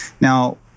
Now